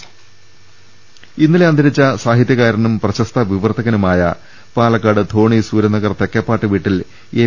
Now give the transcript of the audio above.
രുവെട്ടിട്ടുള ഇന്നലെ അന്തരിച്ച സാഹിത്യകാരനും പ്രശസ്ത വിവർത്തകനുമായ പാല ക്കാട് ധോണി സൂര്യനഗർ തെക്കേപ്പാട്ട് വീട്ടിൽ എം